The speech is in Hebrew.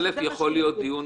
יכול להיות דיון